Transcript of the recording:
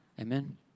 Amen